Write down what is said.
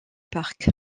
parc